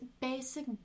basic